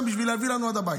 בשביל להביא לנו עד הבית.